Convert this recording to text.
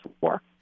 war